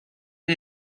and